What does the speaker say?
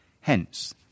hence